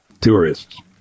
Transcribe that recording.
Tourists